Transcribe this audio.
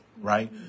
right